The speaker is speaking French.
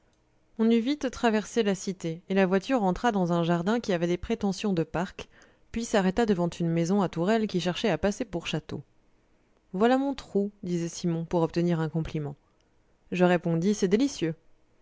on eut vite traversé la cité et la voiture entra dans un jardin qui avait des prétentions de parc puis s'arrêta devant une maison à tourelles qui cherchait à passer pour château voilà mon trou disait simon pour obtenir un compliment je répondis c'est délicieux